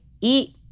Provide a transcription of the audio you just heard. eat